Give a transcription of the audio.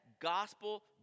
Gospel